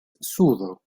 sudo